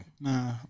Nah